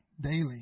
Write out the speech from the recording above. daily